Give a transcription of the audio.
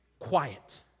Quiet